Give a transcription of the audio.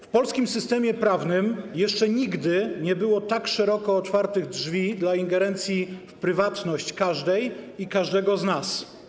W polskim systemie prawnym jeszcze nigdy nie było tak szeroko otwartych drzwi dla ingerencji w prywatność każdej i każdego z nas.